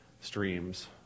streams